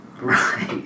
Right